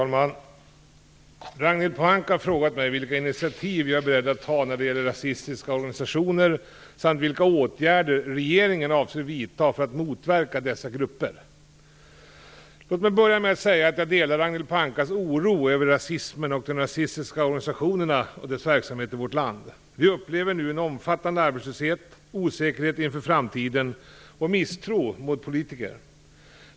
Herr talman! Ragnhild Pohanka har frågat mig vilka initiativ jag är beredd att ta när det gäller rasistiska organisationer samt vilka åtgärder regeringen avser vidta för att motverka dessa grupper. Låt mig börja med att säga att jag delar Ragnhild Pohankas oro över rasismen, de rasistiska organisationerna och dessas verksamhet i vårt land. Vi upplever nu en omfattande arbetslsöhet, osäkerhet inför framtiden och misstro mot politiker.